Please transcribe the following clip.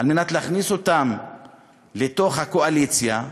על מנת להכניס אותן לתוך הקואליציה,